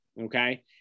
Okay